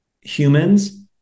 humans